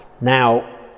Now